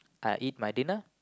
I eat my dinner